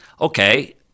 okay